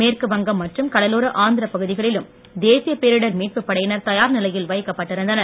மேற்குவங்கம் மற்றும் கடலோர ஆந்திரப் பகுதிகளிலும் தேசிய பேரிடர் மீட்புப் படையினர் தயார் நிலையில் வைக்கப் பட்டிருந்தனர்